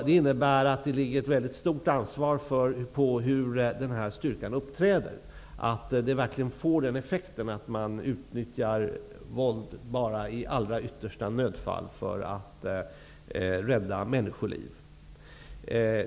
Det innebär att det ligger ett mycket stort ansvar på den här styrkan när det gäller hur den uppträder, så att effekten blir att våld bara används i allra yttersta nödfall, för att rädda människoliv.